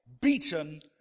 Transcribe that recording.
beaten